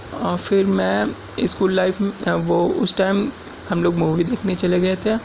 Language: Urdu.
اور پھر میں اسکول لائف وہ اس ٹائم ہم لوگ مووی دیکھنے چلے گئے تھے